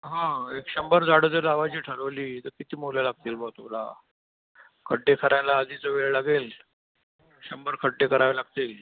हां एक शंभर झाडं जर लावायची ठरवली तर किती मुलं लागतील बुवा तुला खड्डे करायला आधीच वेळ लागेल शंभर खड्डे करावे लागतील